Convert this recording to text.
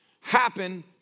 happen